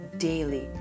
daily